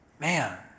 Man